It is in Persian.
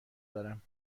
دارم